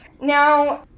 Now